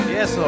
Yes